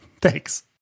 Thanks